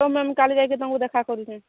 ହଉ ମ୍ୟାମ୍ କାଲି ଯାଇକି ତମକୁ ଦେଖା କରିମି